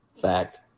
Fact